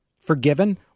forgiven